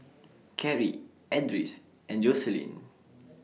Carrie Edris and Joselyn